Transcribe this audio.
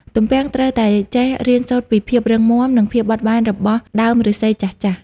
ទំពាំងត្រូវតែចេះរៀនសូត្រពីភាពរឹងមាំ និងភាពបត់បែនរបស់ដើមឫស្សីចាស់ៗ។